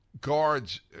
guards